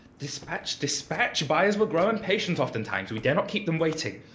despatch, despatch! buyers will grow impatient oftentimes. we dare not keep them waiting.